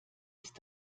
ist